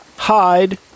Hide